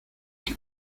qué